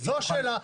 זו השאלה.